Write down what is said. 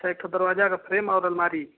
अच्छा एक ठो दरवाजा का फ्रेम और अलमारी